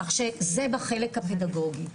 כך שזה בחלק הפדגוגי,